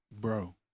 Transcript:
bro